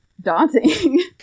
daunting